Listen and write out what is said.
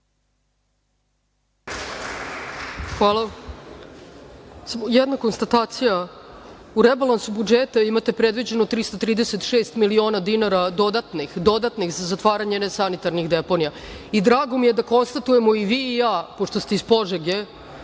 Hvala. Jedna konstatacija. U rebalansu budžeta imate predviđeno 336 dodanih za zatvaranje nesanitarnih deponija i drago mi je da konstatujemo i vi i ja, pošto ste iz Požege,